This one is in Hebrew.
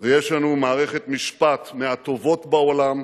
ויש לנו מערכת משפט מהטובות בעולם,